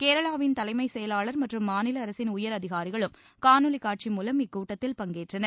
கேரளாவின் தலைமை செயலாளர் மற்றும் மாநில அரசின் உயர்அதிகாரிகளும் காணொலி காட்சி மூலம் இக்கூட்டத்தில் பங்கேற்றனர்